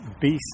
beast